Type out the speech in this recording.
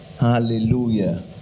Hallelujah